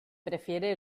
prefiere